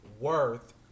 worth